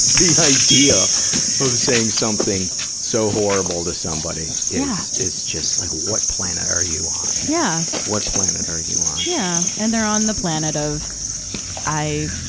the idea of saying something so horrible to somebody yeah is, is just like, what planet are you on? yeah! what planet are you on? yeah. and they're on the planet of i,